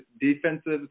defensive